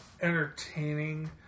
entertaining